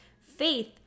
faith